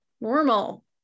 normal